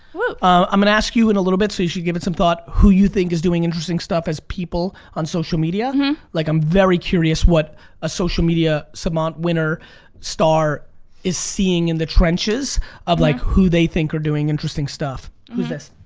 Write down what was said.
woo! i'm gonna ask you in a little bit so you should give it some thought, who you think is doing interesting stuff as people on social media yeah like i'm very curious what a social media savant winner star is seeing in the trenches of like who they think are doing interesting stuff. who's this?